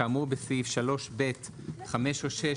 כאמור בסעיף 3(ב)(5) או (6),